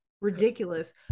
ridiculous